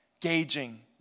gauging